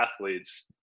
athletes